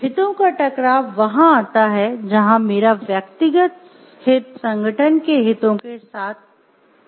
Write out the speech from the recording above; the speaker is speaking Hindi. हितों का टकराव वहां आता है जहां मेरा व्यक्तिगत हित संगठन के हितों के साथ टकराव है